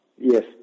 Yes